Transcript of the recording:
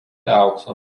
aukso